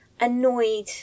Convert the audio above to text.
annoyed